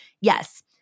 yes